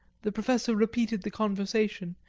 the professor repeated the conversation,